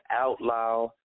outlaw